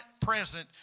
present